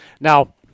Now